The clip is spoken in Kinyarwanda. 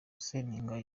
seninga